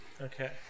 Okay